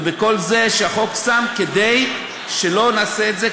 וכל מה שהחוק שם כדי שלא נעשה את זה,